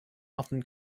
often